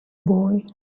boy